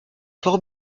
fort